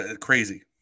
crazy